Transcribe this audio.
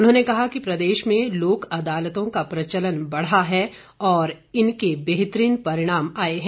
उन्होंने कहा कि प्रदेश में लोक अदालतों का प्रचलन बढ़ा है और इनके बेहतरीन परिणाम आए हैं